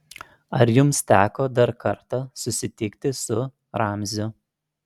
ar jums teko dar kartą susitikti su ramziu